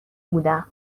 بودم